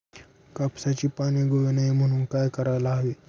कापसाची पाने गळू नये म्हणून काय करायला हवे?